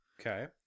Okay